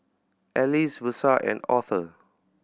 Alize Versa and Aurthur